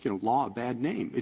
you know, law a bad name.